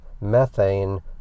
methane